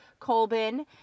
Colbin